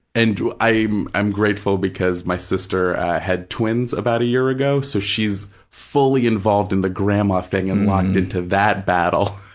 i'm i'm grateful because my sister had twins about a year ago, so she's fully involved in the grandma thing and locked into that battle.